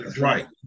right